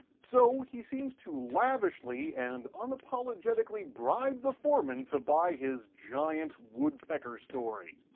so he seems to lavishly and unapologetically bribe the foreman to buy his giant woodpecker story.